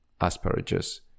asparagus